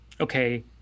okay